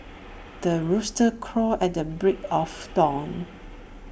the rooster crows at the break of dawn